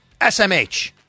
SMH